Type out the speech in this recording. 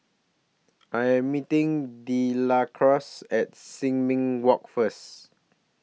I Am meeting Delores At Sin Ming Walk First